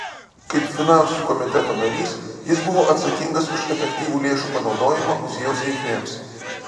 kaip finansų komiteto narys jis buvo atsakingas už efektyvų lėšų panaudojimą muziejaus reikmėms